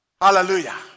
Hallelujah